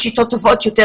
יש שיטות טובות יותר,